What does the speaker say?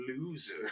loser